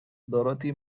dorothy